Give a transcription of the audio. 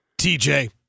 TJ